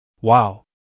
Wow